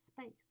space